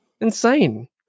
insane